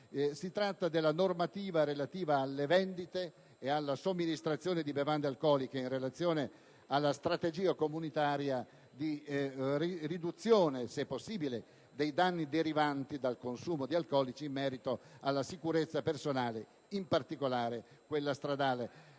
Si tratta della normativa relativa alla vendita ed alla somministrazione di bevande alcoliche, in relazione alla strategia comunitaria di riduzione, se possibile, dei danni derivanti dal consumo di alcolici, in merito alla sicurezza personale e in particolare a quella stradale.